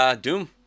Doom